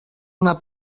una